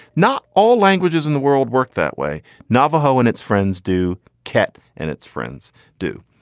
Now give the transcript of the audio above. not all languages in the world work that way. navajo and its friends do kett and its friends do.